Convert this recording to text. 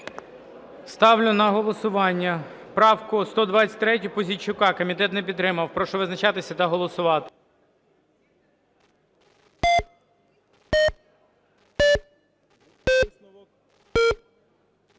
Ставлю на голосування правку 123 Пузійчука. Комітет не підтримав. Прошу визначатися та голосувати.